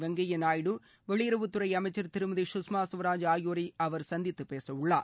வெங்கைய நாயுடு வெளியறவுத்துறை அமைச்சா் திருமதி சுஷ்மா ஸ்வராஜ் ஆகியோரை அவா் சந்தித்துப் பேசவுள்ளார்